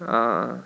ah